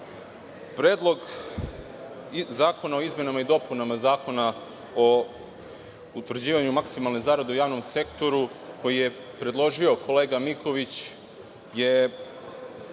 Predlog zakona o izmenama i dopunama Zakona o utvrđivanju maksimalne zarade u javnom sektoru, koji je predložio kolega Miković, je